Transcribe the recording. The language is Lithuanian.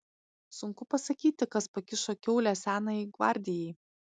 sunku pasakyti kas pakišo kiaulę senajai gvardijai